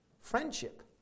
Friendship